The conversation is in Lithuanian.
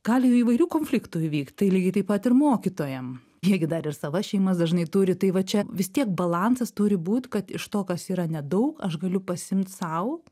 gali įvairių konfliktų įvykt tai lygiai taip pat ir mokytojam jie gi dar ir savas šeimas dažnai turi tai va čia vis tiek balansas turi būt kad iš to kas yra nedaug aš galiu pasiimt sau